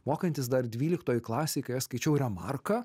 mokantis dar dvyliktoj klasėjkai aš skaičiau remarką